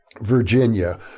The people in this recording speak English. Virginia